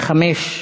חמש,